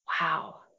wow